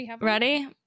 ready